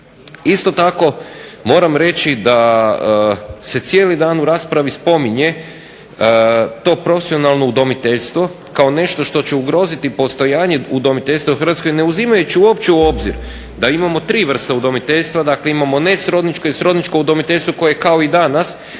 Isto tako moram reći da se cijeli dan u raspravi spominje to profesionalno udomiteljstvo kao nešto što će ugroziti postojanje udomiteljstva u HRvatskoj ne uzimajući uopće obzir da imamo tri vrste udomiteljstva. Dakle, imamo srodničke i nesrodničko udomiteljstvo koje kao i danas a